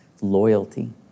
loyalty